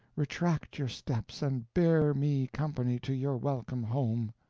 retract your steps, and bear me company to your welcome home.